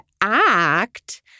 act